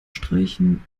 streichen